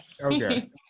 okay